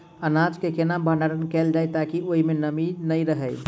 अनाज केँ केना भण्डारण कैल जाए ताकि ओई मै नमी नै रहै?